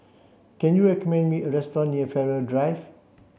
can you recommend me a restaurant near Farrer Drive